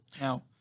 now